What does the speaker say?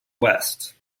west